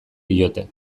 diote